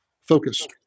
focus